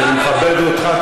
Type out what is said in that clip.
כי אני מכבד אותך,